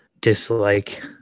dislike